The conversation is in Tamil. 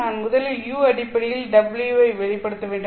நான் முதலில் u அடிப்படையில் w ஐ வெளிப்படுத்த வேண்டும்